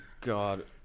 God